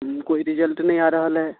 कोइ रिजल्ट नहि आ रहल अइ